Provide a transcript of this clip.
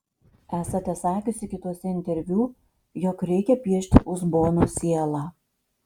esate sakiusi kituose interviu jog reikia piešti uzbono sielą